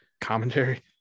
Commentary